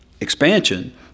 expansion